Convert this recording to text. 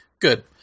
Good